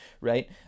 right